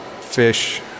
fish